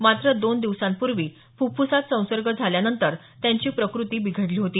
मात्र दोन दिवसांपूर्वी फफफसात संसर्ग झाल्यानंतर त्यांची प्रकृती बिघडली होती